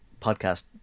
podcast